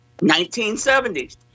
1970s